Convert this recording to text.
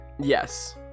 Yes